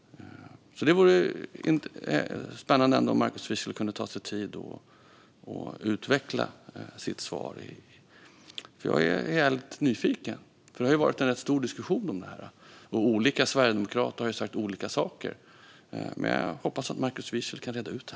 Det vore spännande om Markus Wiechel kunde ta sig tid att utveckla sitt svar. Jag är rejält nyfiken. Det har varit en rätt stor diskussion om det här. Olika sverigedemokrater har sagt olika saker. Men jag hoppas att Markus Wiechel kan reda ut det.